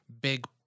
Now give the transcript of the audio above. big